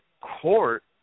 court